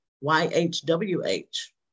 Y-H-W-H